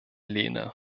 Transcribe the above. lehne